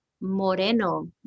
Moreno